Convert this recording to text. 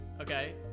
Okay